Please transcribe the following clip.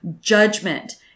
judgment